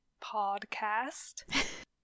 podcast